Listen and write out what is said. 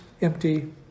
empty